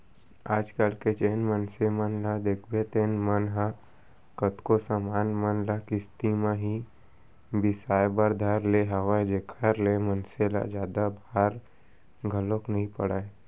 आज कल जेन मनसे मन ल देखबे तेन मन ह कतको समान मन ल किस्ती म ही बिसाय बर धर ले हवय जेखर ले मनसे ल जादा भार घलोक नइ पड़य